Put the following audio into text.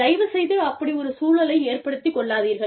தயவுசெய்து அப்படி ஒரு சூழலை ஏற்படுத்திக் கொள்ளாதீர்கள்